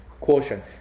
caution